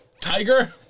tiger